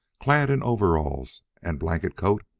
clad in overalls and blanket coat,